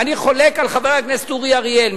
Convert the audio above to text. ואני חולק על חבר הכנסת אורי אריאל,